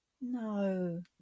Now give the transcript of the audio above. no